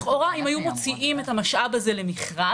לכאורה אם היו מוציאים את המשאב הזה למכרז,